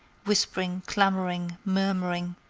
whispering, clamoring, murmuring,